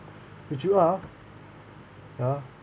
but you are !huh!